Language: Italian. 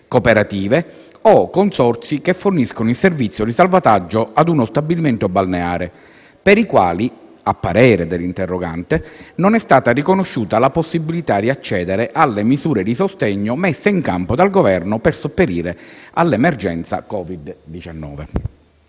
cooperative o consorzi che forniscono il servizio di salvataggio ad uno stabilimento balneare, per i quali, a parere dell'interrogante, non è stata riconosciuta la possibilità di accedere alle misure di sostegno messe in campo dal Governo per sopperire all'emergenza Covid-19.